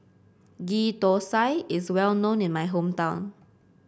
Ghee Thosai is well known in my hometown